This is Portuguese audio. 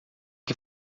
que